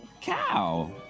Cow